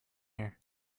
here